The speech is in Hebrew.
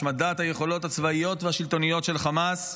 השמדת היכולות הצבאיות והשלטוניות של החמאס,